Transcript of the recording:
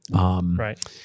Right